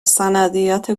سندیت